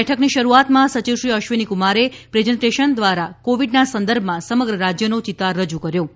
બેઠકની શરૂઆતમાં સચિવશ્રી અશ્વિનીકુમારે પ્રેઝન્ટેશન દ્વારા કોવિડના સંદર્ભમાં સમગ્ર રાજ્યનો ચિતાર રજુ કર્યો હતો